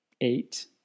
eight